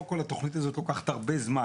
קודם כל התוכנית הזאת לוקחת זמן,